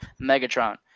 Megatron